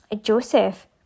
Joseph